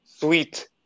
sweet